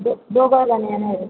दो दोघंजण येणार आहे